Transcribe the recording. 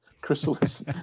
chrysalis